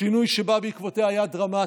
השינוי שבא בעקבותיה היה דרמטי.